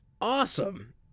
awesome